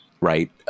right